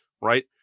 right